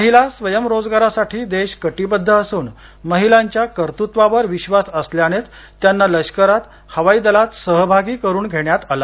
महिला स्वयंरोजगारासाठी देश कटिबद्ध असून महिलांच्या कर्तृत्वावर विश्वास असल्यानेच त्यांना लष्करात हवाई दलात सहभागी करून घेण्यात आलं